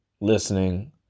listening